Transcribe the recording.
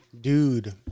Dude